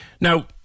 Now